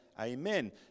Amen